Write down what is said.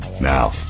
Now